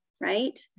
right